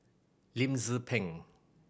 Lim Tze Peng